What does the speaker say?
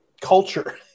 culture